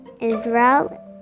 Israel